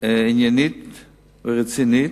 עניינית ורצינית,